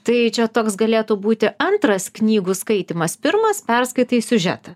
tai čia toks galėtų būti antras knygų skaitymas pirmas perskaitai siužetą